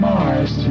Mars